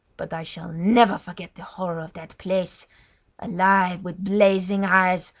but i shall never forget the horror of that place alive with blazing eyes,